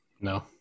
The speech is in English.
no